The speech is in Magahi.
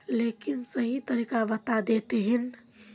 लेकिन सही तरीका बता देतहिन?